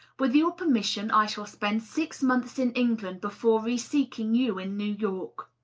with your permission, i shall spend six months in england before re-seeking you in new york.